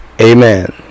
Amen